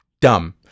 dumb